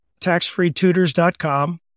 taxfreetutors.com